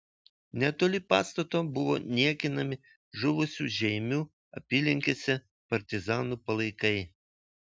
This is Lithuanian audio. netoli pastato buvo niekinami žuvusių žeimių apylinkėse partizanų palaikai